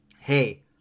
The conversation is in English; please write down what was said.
hey